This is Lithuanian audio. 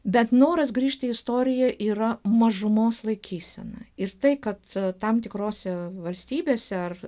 bet noras grįžti į istoriją yra mažumos laikysena ir tai kad tam tikrose valstybėse ar